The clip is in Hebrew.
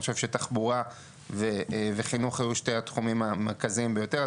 אני חושב שתחבורה וחינוך היו שני התחומים המרכזיים ביותר.